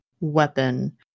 weapon